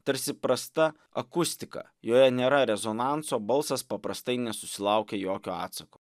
tarsi prasta akustika joje nėra rezonanso balsas paprastai nesusilaukia jokio atsako